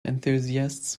enthusiasts